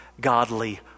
godly